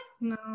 No